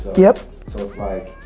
yep. so it's like,